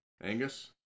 Angus